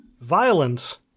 violence